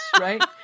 Right